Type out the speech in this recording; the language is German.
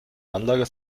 anlagen